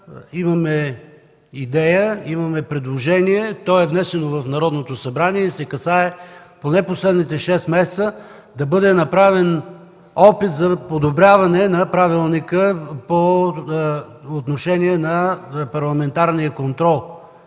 имаме идея, имаме предложение. То е внесено в Народното събрание и се касае поне последните шест месеца да бъде направен опит за подобряване на правилника по отношение на парламентарния контрол.